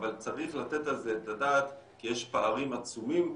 אבל צריך לתת על זה את הדעת כי יש פערים עצומים,